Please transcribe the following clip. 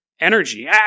energy